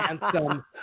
handsome